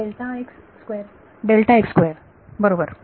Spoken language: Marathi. विद्यार्थी बरोबर